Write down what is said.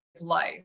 life